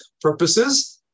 purposes